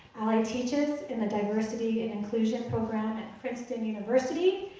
teaches in the diversity and inclusion program at princeton university,